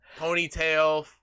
Ponytail